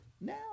now